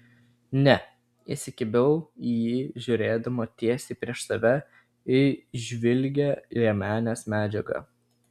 ne įsikibau į jį žiūrėdama tiesiai prieš save į žvilgią liemenės medžiagą